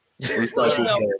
Recycle